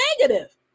negative